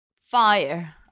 Fire